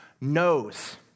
knows